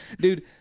Dude